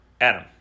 Adam